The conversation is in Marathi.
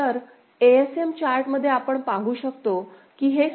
तर ASM चार्ट मध्ये आपण पाहू शकतो की हे c आहे